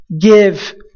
give